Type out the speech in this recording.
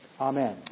Amen